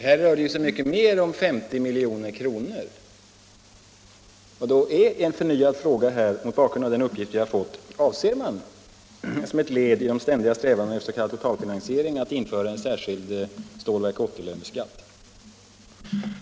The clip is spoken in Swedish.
Här rör det sig om mycket mer än 50 milj.kr., och då inställer sig mot bakgrund av de uppgifter jag har fått en förnyad fråga: Avser man som ett led i de ständiga strävandena efter totalfinansiering att införa en särskild Stålverk 80-löneskatt?